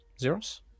Zeros